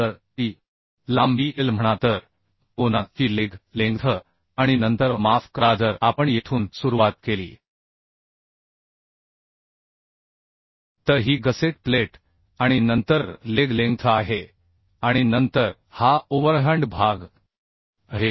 तर ती लांबी l a म्हणा तर कोना ची लेग लेंग्थ आणि नंतर माफ करा जर आपण येथून सुरुवात केली तर ही गसेट प्लेट आणि नंतर लेग लेंग्थ आहे आणि नंतर हा ओव्हरहँड भाग आहे